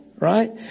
Right